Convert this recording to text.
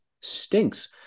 stinks